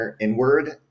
inward